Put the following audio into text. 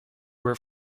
were